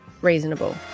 reasonable